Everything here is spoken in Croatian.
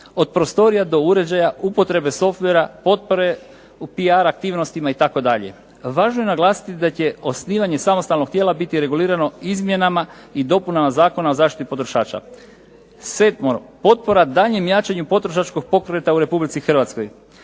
od prostorija do uređaja, upotrebe softvera, potpore u PR aktivnostima itd. Važno je naglasiti da će osnivanje samostalnog tijela biti regulirano izmjenama i dopunama Zakona o zaštiti potrošača. Sedmo, potpora daljnjem jačanju potrošačkog pokreta u Republici Hrvatskoj.